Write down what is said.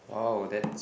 !wow! that's